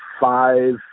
five